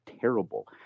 terrible